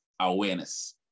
awareness